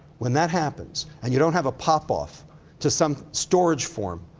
when that happens, and you don't have a pop-off to some storage form,